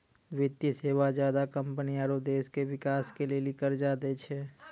वित्तीय सेवा ज्यादा कम्पनी आरो देश के बिकास के लेली कर्जा दै छै